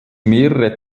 mehrere